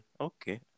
Okay